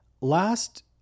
last